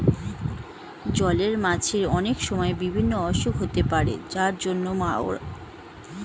জলের মাছের অনেক সময় বিভিন্ন অসুখ হতে পারে যার জন্য তারা মোরে যায়